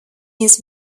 his